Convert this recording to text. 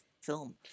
film